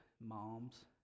moms